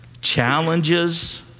challenges